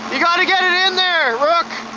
you gotta get it in there, rook!